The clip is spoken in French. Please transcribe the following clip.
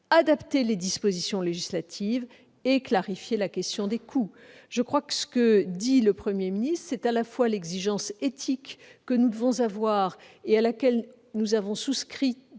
adapter les dispositions législatives ; clarifier la question des coûts. » De ces mots du Premier ministre ressort à la fois l'exigence éthique que nous devons avoir, et à laquelle nous avons souscrit